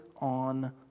on